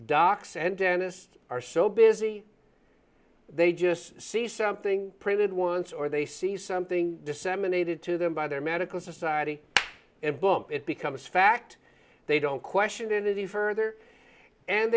docs and dentist are so busy they just see something printed once or they see something disseminated to them by their medical society and book it becomes fact they don't question anything further and